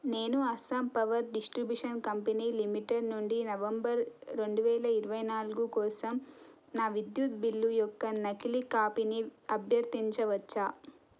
నేను Assam power distribution company limited నుండి November రెండు వేల ఇరవై నాలుగు కోసం నా విద్యుత్తు బిల్లు యొక్క నకిలీ కాపీని అభ్యర్థించవచ్చా